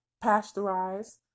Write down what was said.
pasteurized